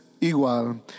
igual